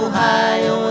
Ohio